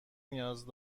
نیاز